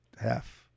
Half